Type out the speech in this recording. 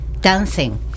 dancing